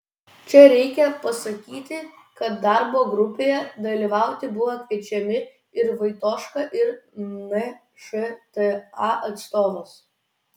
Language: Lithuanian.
čia reikia pasakyti kad darbo grupėje dalyvauti buvo kviečiami ir vaitoška ir nšta atstovas